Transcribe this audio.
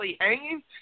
hanging